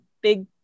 big